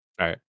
right